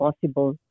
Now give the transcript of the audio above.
possible